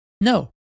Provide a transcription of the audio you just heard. No